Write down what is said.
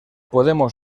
podemos